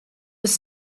was